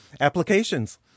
applications